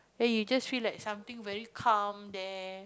eh you just feel like something very calm there